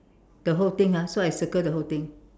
the whole thing ah so I circle the whole thing